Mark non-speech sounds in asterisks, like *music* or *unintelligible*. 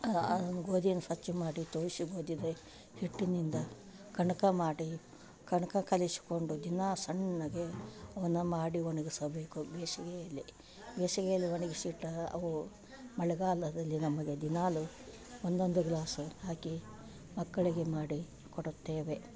ಗೋದಿಯನ್ನು ಸ್ವಚ್ಛ ಮಾಡಿ *unintelligible* ಹಿಟ್ಟಿನಿಂದ ಕಣಕ ಮಾಡಿ ಕಣಕ ಕಲಿಸಿಕೊಂಡು ದಿನ ಸಣ್ಣಗೆ ಒಣ ಮಾಡಿ ಒಣಗಿಸಬೇಕು ಬೇಸಿಗೆಯಲ್ಲಿ ಬೇಸಿಗೆಯಲ್ಲಿ ಒಣಗಿಸಿ ಇಟ್ಟು ಅವು ಮಳೆಗಾಲದಲ್ಲಿ ನಮಗೆ ದಿನಾಲು ಒಂದೊಂದು ಗ್ಲಾಸು ಹಾಕಿ ಮಕ್ಕಳಿಗೆ ಮಾಡಿ ಕೊಡುತ್ತೇವೆ